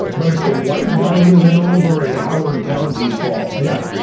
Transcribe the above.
but it's the white guy living over in howard county's fault. yeah,